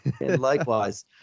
likewise